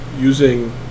Using